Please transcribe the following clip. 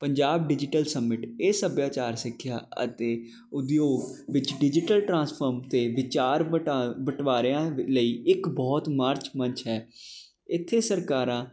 Punjab digital summit ਇਹ ਸੱਭਿਆਚਾਰ ਸਿੱਖਿਆ ਅਤੇ ਉਦਯੋਗ ਵਿੱਚ ਡਿਜੀਟਲ ਟਰਾਂਸਫਰਮ 'ਤੇ ਵਿਚਾਰ ਵਟਾਂ ਬਟਵਾਰਿਆਂ ਲਈ ਇੱਕ ਬਹੁਤ ਮਾਰਚ ਮੰਚ ਹੈ ਇੱਥੇ ਸਰਕਾਰਾਂ